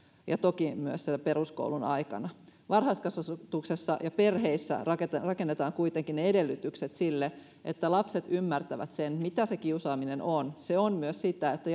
ja toki myös siellä peruskoulun aikana varhaiskasvatuksessa ja perheissä rakennetaan rakennetaan kuitenkin ne edellytykset sille että lapset ymmärtävät sen mitä se kiusaaminen on kiusaaminen on myös esimerkiksi sitä että